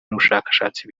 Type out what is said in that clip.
n’ubushakashatsi